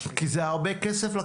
כי זכה הרבה כסף.